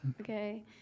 Okay